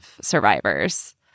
survivors